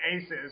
aces